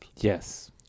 Yes